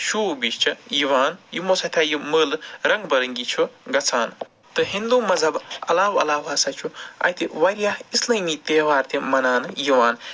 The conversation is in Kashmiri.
شوٗب ہِش چھِ یِوان یِمَو سۭتۍ ہہ یہِ مٲلہٕ رَنٛگ بہٕ رَنگی چھُ گژھان تہٕ ہِنٛدُو مزہب علاوٕ علاوٕ ہسا چھُ اَتہِ واریاہ اسلامی تہوار تہِ مناونہٕ یِوان